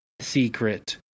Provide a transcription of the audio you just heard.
secret